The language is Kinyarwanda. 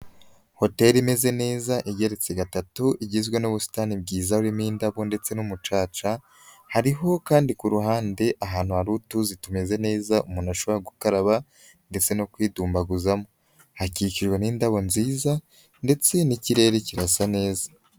Hoteli imeze neza, igereretse gatatu, igizwe n'ubusitani bwiza, harimo indabo ndetse n'umucaca, hariho kandi ku ruhande ahantu hari utuzi tumeze neza umuntu ashobora gukaraba ndetse no kwidumbaguzamo, hakikijwe n'indabo nziza ndetse n'ikirere kirasa neza.